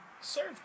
serve